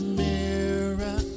mirror